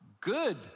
good